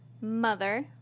Mother